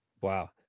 Wow